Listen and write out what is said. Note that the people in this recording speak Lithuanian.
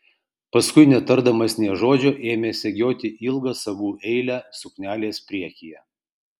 paskui netardamas nė žodžio ėmė segioti ilgą sagų eilę suknelės priekyje